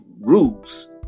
rules